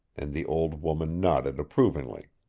and the old woman nodded approvingly.